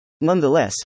Nonetheless